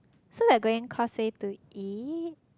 so we are going Causeway to eat